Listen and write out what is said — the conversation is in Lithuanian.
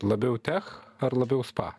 labiau tech ar labiau spa